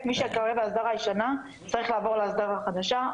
מי שעדיין בהסדרה הישנה, צריך לעבור להסדרה החדשה.